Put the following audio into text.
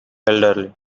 elderly